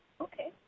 okay